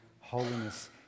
holiness